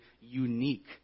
unique